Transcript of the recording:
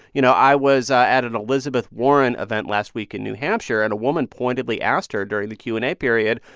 you know, i was at an elizabeth warren event last week in new hampshire, and a woman pointedly asked her during the q and a period,